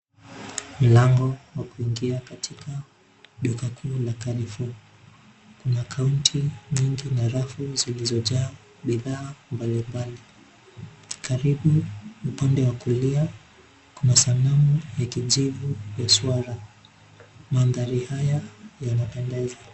Mlango wa kuingia katika duka kuu la Carrefour, kuna kaunti nyingi na rafu zilizojaa bidhaa mbali mbali. Karibu upande wa kulia, kuna sanamu ya kijivu ya swara. Mandhari haya yanapendeza.